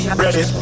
ready